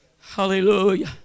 Hallelujah